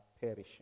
perishing